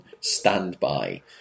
standby